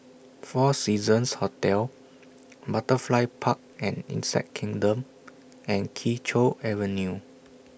four Seasons Hotel Butterfly Park and Insect Kingdom and Kee Choe Avenue